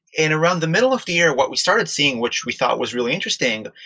and around the middle of the year, what we started seeing, which we thought was really interesting,